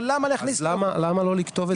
אבל למה להכניס --- אז למה לא לכתוב את זה?